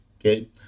Okay